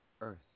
Earth